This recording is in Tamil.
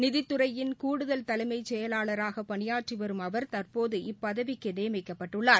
நிதித்துறையின் கூடுதல் தலைமைச் செயலாளராக பணியாற்றிவரும் அவர் தற்போது இப்பதவிக்கு நியமிக்கப்பட்டுள்ளார்